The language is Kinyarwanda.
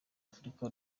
afurika